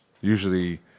usually